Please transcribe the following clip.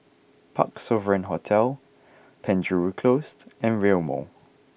Parc Sovereign Hotel Penjuru Closed and Rail Mall